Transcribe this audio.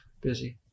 busy